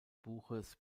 buchs